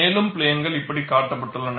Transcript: மேலும் பிளேன்கள் இப்படி காட்டப்பட்டுள்ளன